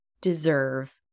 deserve